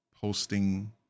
posting